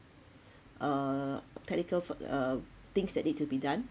uh technical uh things that need to be done